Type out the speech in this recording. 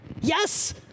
Yes